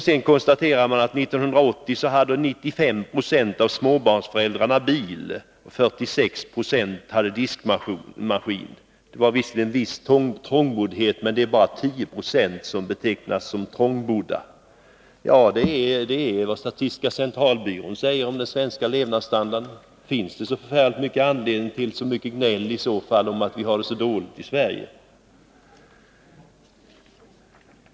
Sedan konstaterar man att 95 96 av småbarnsföräldrarna år 1980 hade bil. 46 90 hade diskmaskin. Det var visserligen viss trångboddhet, men det är bara 10 96 av invånarna som betecknas som trångbodda. Detta är vad statistiska centralbyrån säger om den svenska levnadsstandarden. Finns det då särskilt stor anledning till gnäll över att vi har det så dåligt ställt i Sverige?